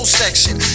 section